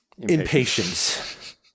Impatience